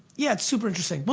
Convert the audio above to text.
yeah, it's super interesting. but